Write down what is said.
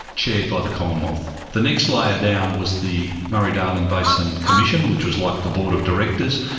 chaired by the commonwealth. the next layer down was the murray-darling basin commission, which was like the board of directors,